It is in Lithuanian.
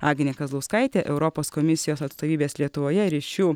agnė kazlauskaitė europos komisijos atstovybės lietuvoje ryšių